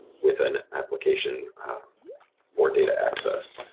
with an application for data access.